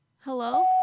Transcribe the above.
Hello